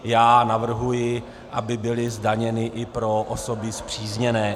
Já navrhuji, aby byly zdaněny i pro osoby spřízněné.